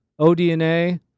ODNA